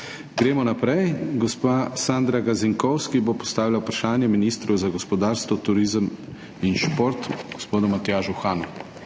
Gremo naprej. Gospa Sandra Gazinkovski bo postavila vprašanje ministru za gospodarstvo, turizem in šport gospodu Matjažu Hanu.